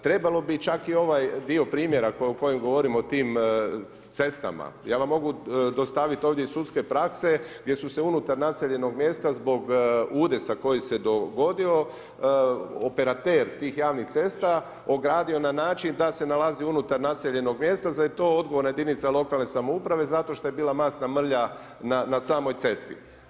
Trebalo bi čak i ovaj dio primjera, o kojim govorimo o tim cestama, ja vam mogu dostaviti ovdje iz sudske prakse, gdje su se unutar naseljenog mjesta, zbog udesa koji se dogodio, operater, tih javnih cesta, ogradio na način da se nalazi unutar naseljenog mjesta, za da je to odgovorna jedinica lokalne samouprave, zato što je bila masna mrlja na samoj cesti.